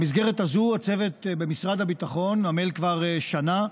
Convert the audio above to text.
במסגרת הזו הצוות במשרד הביטחון עמל כבר שנה.